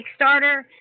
kickstarter